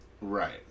right